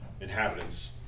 inhabitants